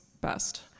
best